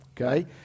okay